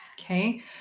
Okay